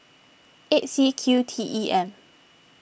eight C Q T E M